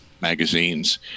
magazines